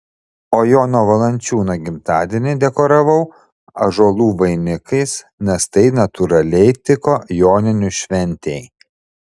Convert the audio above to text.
o jono valančiūno gimtadienį dekoravau ąžuolų vainikais nes tai natūraliai tiko joninių šventei